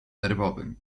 nerwowym